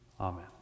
Amen